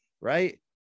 right